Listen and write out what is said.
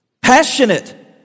passionate